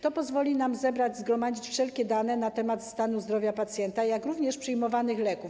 To pozwoli nam zebrać, zgromadzić wszelkie dane na temat stanu zdrowia pacjenta, jak również przyjmowanych leków.